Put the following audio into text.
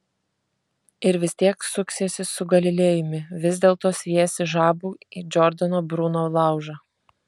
ir vis tiek suksiesi su galilėjumi vis dėlto sviesi žabų į džordano bruno laužą